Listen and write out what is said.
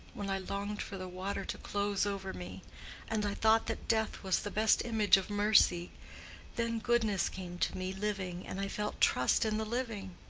when i longed for the water to close over me and i thought that death was the best image of mercy then goodness came to me living, and i felt trust in the living.